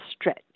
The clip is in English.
stretch